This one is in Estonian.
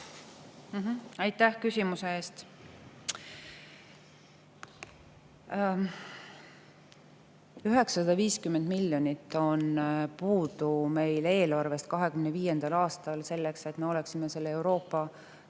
Aitäh küsimuse eest! 950 miljonit on puudu meil eelarvest 2025. aastal selleks, et me oleksime selle Euroopa